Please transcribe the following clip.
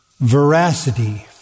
veracity